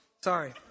Sorry